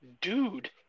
dude